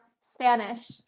Spanish